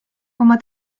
oma